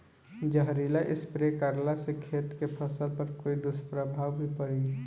जहरीला स्प्रे करला से खेत के फसल पर कोई दुष्प्रभाव भी पड़ी?